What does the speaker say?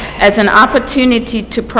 as an opportunity to